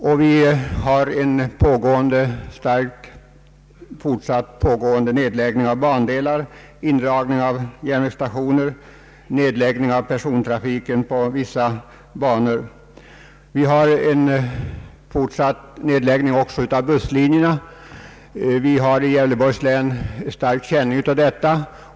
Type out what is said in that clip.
Det pågår också en fortsatt nedläggning av bandelar, indragning av järnvägsstationer och nedläggning av persontrafiken på vissa banor osv. Vi har också en fortsatt nedläggning av busslinjerna. I Gävleborgs län har vi stark känning av detta.